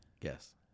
Yes